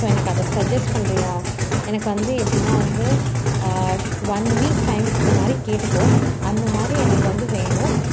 so எனக்கு அதை சஜஸ் பண்ணுறியா எனக்கு வந்து எப்படின்னால் வந்து ஒன் வீக் டைம் கிட்டே மாதிரி கேட்டுக்கோ அந்த மாதிரி எனக்கு வந்து வேணும்